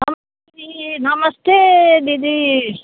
नमस्ते नमस्ते दिदी